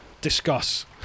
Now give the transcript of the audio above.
discuss